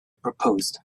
proposed